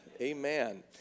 Amen